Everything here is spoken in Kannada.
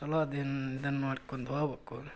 ಚಲೋದಿಂದ ಇದನ್ನು ಮಾಡ್ಕೊಂಡ್ ಹೋಗ್ಬೆಕು